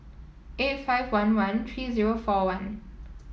eight five one one three zero four one